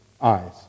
eyes